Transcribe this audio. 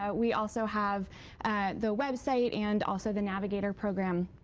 ah we also have the website and also the navigator program.